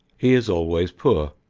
he is always poor.